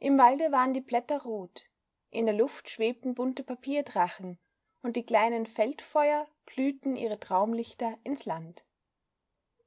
im walde waren die blätter rot in der luft schwebten bunte papierdrachen und die kleinen feldfeuer glühten ihre traumlichter ins land